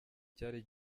cyari